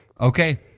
Okay